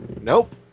Nope